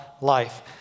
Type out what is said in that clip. life